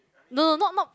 no no not not